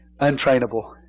Untrainable